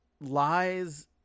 lies